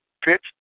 Pitch